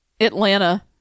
Atlanta